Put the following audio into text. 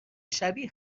شبیه